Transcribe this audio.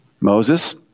Moses